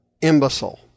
imbecile